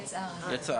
יצאה.